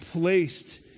placed